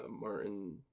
Martin